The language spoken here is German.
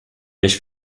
nicht